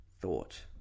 thought